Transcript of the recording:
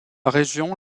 région